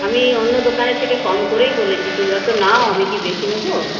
আমি অন্য দেকানের থেকে কম করেই বলেছি তোমরা তো নাও আমি কি বেশি নেব